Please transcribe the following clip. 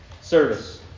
service